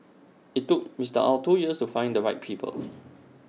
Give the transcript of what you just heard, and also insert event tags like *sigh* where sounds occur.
IT took Mister Ow two years to find the right people *noise*